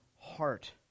heart